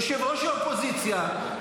ראש האופוזיציה,